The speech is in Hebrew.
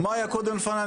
מה היה קודם לפניי,